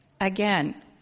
Again